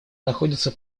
находится